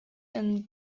and